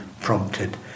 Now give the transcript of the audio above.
prompted